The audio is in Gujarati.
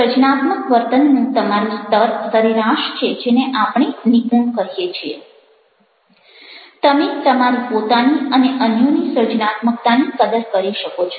સર્જનાત્મક વર્તનનું તમારું સ્તર સરેરાશ છે જેને આપણે નિપુણ કહીએ છીએ તમે તમારી પોતાની અને અન્યોની સર્જનાત્મકતાની કદર કરી શકો છો